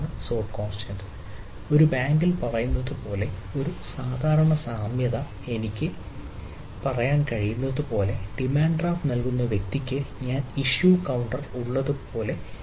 സോഡ് കോൺസ്റ്റന്റ്ന്റെ ഉള്ളതുപോലെ demand draft പരിശോധിക്കാൻ കഴിയില്ല